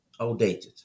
outdated